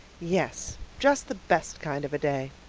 yes, just the best kind of a day,